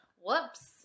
Whoops